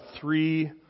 three